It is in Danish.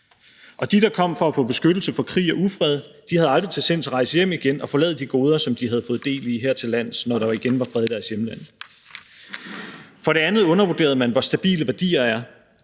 Og de, der kom for at få beskyttelse fra krig og ufred, havde aldrig til sinds at rejse hjem igen og forlade de goder, som de havde fået del i hertillands, når der igen var fred i deres hjemland. For det andet undervurderede man, hvor stabile værdier er.